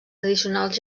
tradicionals